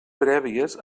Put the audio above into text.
prèvies